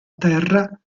terra